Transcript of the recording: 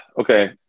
Okay